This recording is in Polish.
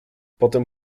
potem